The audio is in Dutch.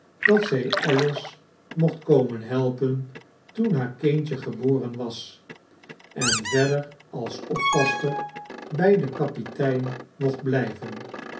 dat zg alice mocht komen helpen toen haar kindje geboren was en verder als oppasster bg den kapitein mocht blijven